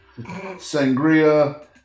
Sangria